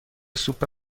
سوپ